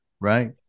Right